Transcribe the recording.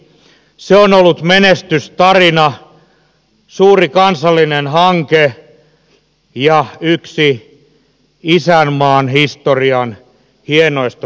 se on ollut menestystarina suuri kansallinen hanke ja yksi isänmaan historian hienoista saavutuksista